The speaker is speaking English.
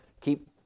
keep